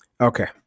Okay